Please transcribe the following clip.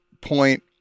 point